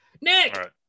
Nick